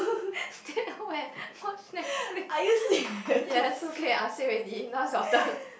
stay at home and watch Netflix yes okay I say already now is your turn